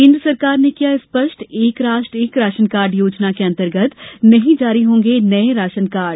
केन्द्र सरकार ने किया स्पष्ट एक राष्ट्र एक राशन कार्ड योजना के अंतर्गत नहीं जारी होंगे नए राशन कार्ड